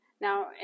Now